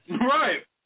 Right